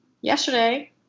yesterday